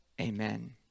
Amen